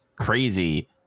crazy